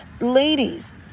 Ladies